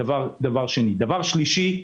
דבר שלישי,